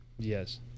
yes